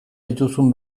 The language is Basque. dituzun